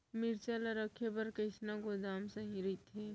मिरचा ला रखे बर कईसना गोदाम सही रइथे?